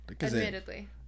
admittedly